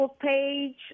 page